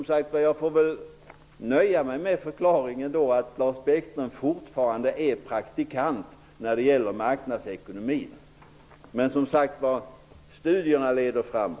Jag får väl nöja mig med förklaringen att Lars Bäckström fortfarande är praktikant när det gäller marknadsekonomin. Men, som sagt, studierna leder framåt.